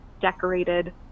decorated